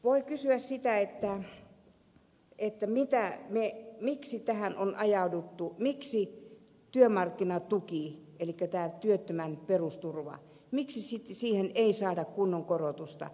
voi kysyä sitä miksi tähän on ajauduttu miksi työmarkkinatukeen eli työttömän perusturvaan ei saada kunnon korotusta